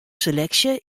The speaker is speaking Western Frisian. seleksje